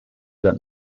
that